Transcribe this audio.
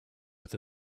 with